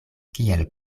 kiel